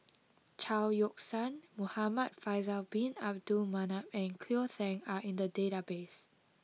Chao Yoke San Muhamad Faisal Bin Abdul Manap and Cleo Thang are in the database